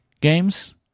games